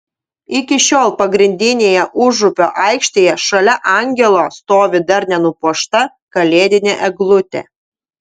iki šiol pagrindinėje užupio aikštėje šalia angelo stovi dar nenupuošta kalėdinė eglutė